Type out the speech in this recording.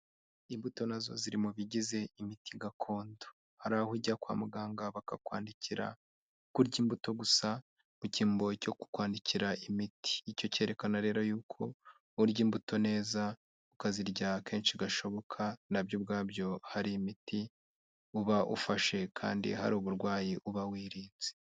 Imbuto nazo ziri mu bigize imiti gakondo, hari aho ujya kwa muganga bakakwandikira kurya imbuto gusa mu cyimbo cyo kukwandikira imiti, icyo cyerekana rero yuko urya imbuto neza, ukazirya kenshi gashoboka nabyo ubwabyo hari imiti uba ufashe kandi hari uburwayi uba wirinze.